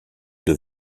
deux